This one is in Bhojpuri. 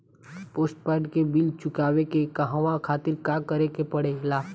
पोस्टपैड के बिल चुकावे के कहवा खातिर का करे के पड़ें ला?